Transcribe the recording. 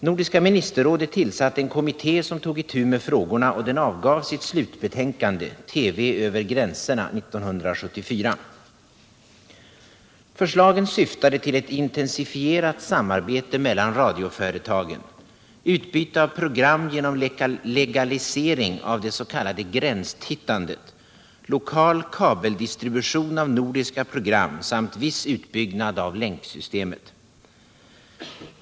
Nordiska ministerrådet tillsatte en kommitté som tog itu med frågorna, och den avgav sitt slutbetänkande —- TV över gränserna — 1974. Förslagen syftade till ett intensifierat samarbete mellan radioföretagen, utbyte av program genom legalisering av det s.k. gränstittandet, lokal kabeldistribution av nordiska program samt viss utbyggnad av länksystemet.